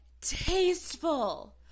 tasteful